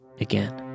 again